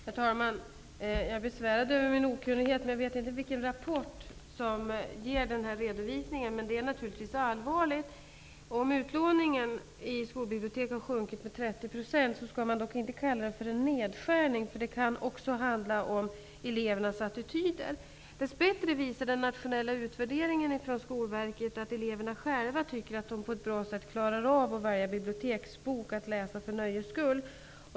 Herr talman! Jag är besvärad över min okunnighet, men jag vet inte vilken rapport som ger den här redovisningen. Det Ingegerd Sahlström säger är naturligtvis allvarligt. Om utlåningen i skolbiblioteken har sjunkit med 30 % skall man dock inte kalla det en nedskärning, eftersom det också kan handla om elevernas attityder. Dess bättre visar den nationella utvärderingen från Skolverket att eleverna själva tycker att de på ett bra sätt klarar av att välja biblioteksbok att läsa för nöjes skull.